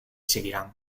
seguirán